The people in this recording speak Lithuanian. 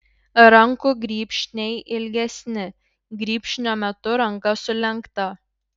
rankų grybšniai ilgesni grybšnio metu ranka sulenkta